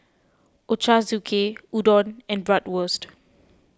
Ochazuke Udon and Bratwurst